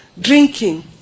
drinking